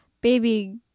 baby